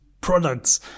products